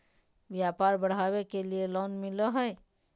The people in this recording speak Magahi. व्यापार बढ़ावे के लिए लोन मिलो है?